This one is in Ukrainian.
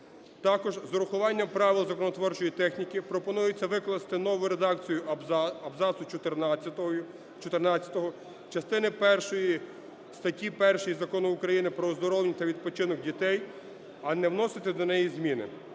Також з урахуванням правил законотворчої техніки пропонується викласти новою редакцію абзацу чотирнадцятого частини першої статті 1 Закону України "Про оздоровлення та відпочинок дітей", а не вносити до неї зміни.